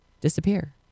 disappear